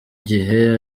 gihe